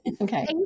Okay